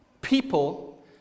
people